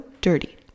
dirty